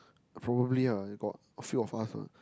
probably ah got a few of us ah